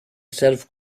serve